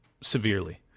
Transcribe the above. severely